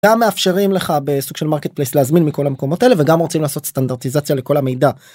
גם מאפשרים לך בסוג של מרקט פלייס להזמין מכל המקומות האלה וגם רוצים לעשות סטנדרטיזציה לכל המידע.